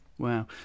Wow